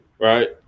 right